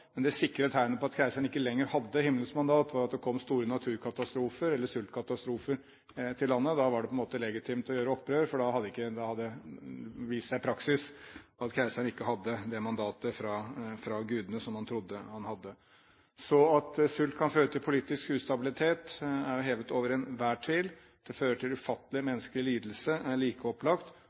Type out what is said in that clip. Men det sikre tegnet på at keiseren ikke lenger hadde himmelens mandat, var at det kom store naturkatastrofer eller sultkatastrofer i landet. Da var det på en måte legitimt å gjøre opprør, for da hadde det vist seg i praksis at keiseren ikke hadde det mandatet fra gudene som man trodde han hadde. Så at sult kan føre til politisk ustabilitet, er hevet over enhver tvil. At det fører til ufattelig menneskelig lidelse, er like opplagt,